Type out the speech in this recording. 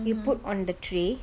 you put on the tray